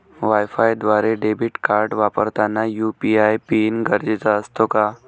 वायफायद्वारे debit card वापरताना UPI PIN गरजेचा असतो का?